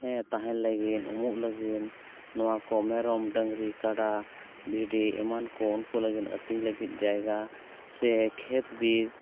ᱦᱮᱸ ᱛᱟᱦᱮᱱ ᱞᱟᱹᱜᱤᱫ ᱩᱢᱩᱜ ᱞᱟᱹᱜᱤᱫ ᱱᱚᱣᱟ ᱠᱚ ᱢᱮᱨᱚᱢ ᱰᱟᱹᱝᱨᱤ ᱠᱟᱰᱟ ᱵᱷᱤᱰᱤ ᱮᱢᱟᱱ ᱠᱚ ᱩᱱᱠᱩ ᱞᱟᱹᱜᱤᱫ ᱟᱹᱛᱤᱧ ᱞᱟᱹᱜᱤᱫ ᱡᱟᱭᱜᱟ ᱥᱮ ᱠᱷᱮᱛ ᱵᱟᱹᱫᱽ